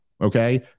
Okay